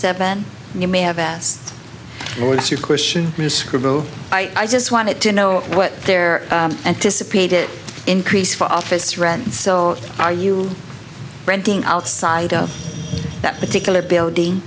seven you may have asked what was your question i just wanted to know what their anticipated increase for office rent so are you renting outside of that particular building